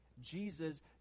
Jesus